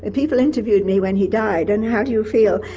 and people interviewed me when he died, and how do you feel?